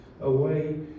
away